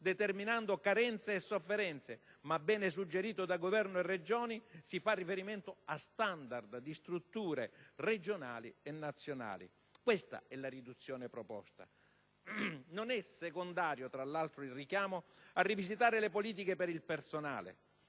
determinando carenze e sofferenze - ma, come ben suggerito da Governo e Regioni, si fa riferimento a *standard* di strutture regionali e nazionali. Questa è la riduzione proposta. Non è secondario il richiamo a rivisitare le politiche per il personale.